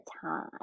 time